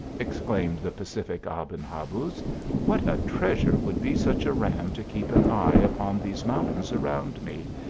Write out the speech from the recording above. exclaimed the pacific aben ha buz what a treasure would be such a ram to keep an eye upon these mountains around me,